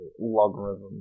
logarithm